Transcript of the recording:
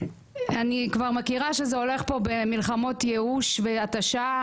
כבר מכירה שזה הולך פה במלחמות ייאוש והתשה,